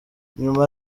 nyuma